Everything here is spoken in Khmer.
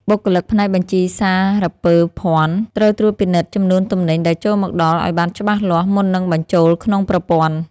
បុគ្គលិកផ្នែកបញ្ជីសារពើភ័ណ្ឌត្រូវត្រួតពិនិត្យចំនួនទំនិញដែលចូលមកដល់ឱ្យបានច្បាស់លាស់មុននឹងបញ្ចូលក្នុងប្រព័ន្ធ។